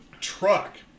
truck